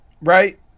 right